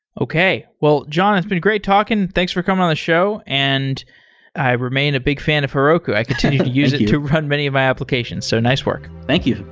okay. well, john it's been great talking. thanks for coming on the show, and i remain a big fan of heroku. i continue to use it to run many of my application. so, nice work. thank you.